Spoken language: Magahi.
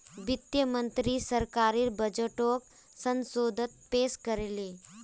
वित्त मंत्री सरकारी बजटोक संसदोत पेश कर ले